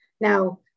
Now